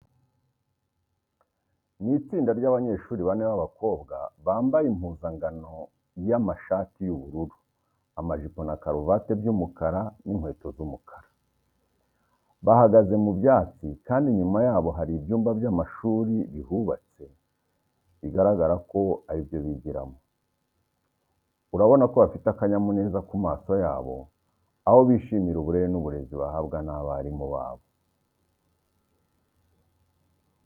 Ni itsinda ry'abanyeshuri bane b'abakobwa bambaye impuzangano y'amashati y'ubururu, amajipo na karuvati by'umukara n'inkweto z'umukara. Bahagaze mu byatsi kandi inyuma yabo hari ibyumba by'amashuri bihubatse, bigaragara ko ari ibyo bigiramo. Urabona ko bafite akanyamuneza ku maso yabo, aho bishimira uburere n'uburezi bahabwa n'abarimu babo.